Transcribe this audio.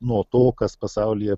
nuo to kas pasaulyje